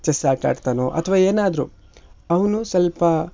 chess ಆಟಾಡ್ತಾನೋ ಅಥವಾ ಏನಾದ್ರೂ ಅವನು ಸ್ವಲ್ಪ